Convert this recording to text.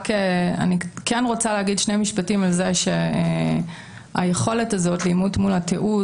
אני רק כן רוצה לומר שני משפטים על זה שהיכולת הזאת לאימות מול התיעוד,